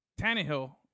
Tannehill